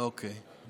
אוקיי.